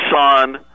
son